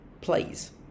plays